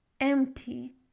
empty